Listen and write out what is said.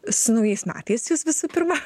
su naujais metais jus visų pirma